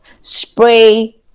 Spray